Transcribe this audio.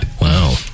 Wow